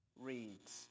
reads